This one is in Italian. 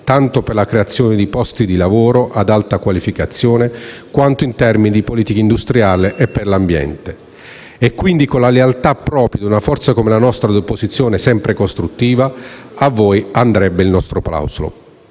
tanto per la creazione di posti di lavoro ad alta qualificazione, quanto in termini di politiche industriali e per l'ambiente. Quindi, con la lealtà propria di una forza di opposizione costruttiva, a voi andrebbe il nostro plauso.